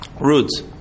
roots